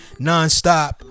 Nonstop